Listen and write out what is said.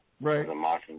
Right